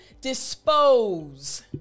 Dispose